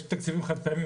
יש תקציבים חד פעמיים,